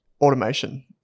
automation